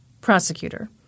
Prosecutor